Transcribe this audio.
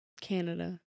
Canada